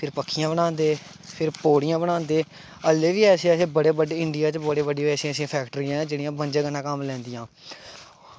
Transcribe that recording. फिर पक्खियां बनांदे फिर पौड़ियां बनांदे हालें बी इंडिया च बड़ी ऐसी फैक्ट्रियां न जेह्ड़ियां बंजा कन्नै कम्म लैंदियां